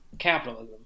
capitalism